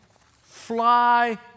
fly